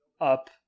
up